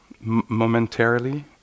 momentarily